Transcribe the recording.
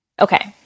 Okay